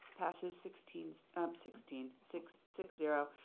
passes sixteen so um sixteen six six zero.